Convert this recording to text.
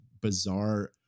bizarre